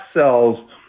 cells